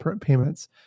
payments